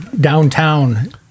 downtown